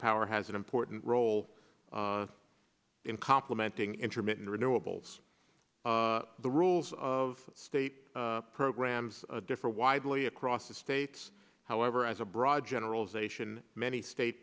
power has an important role in complimenting intermittent renewables the rules of state programs differ widely across the states however as a broad generalization many state